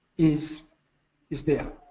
is is there.